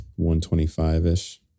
125-ish